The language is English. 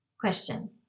Question